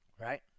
Right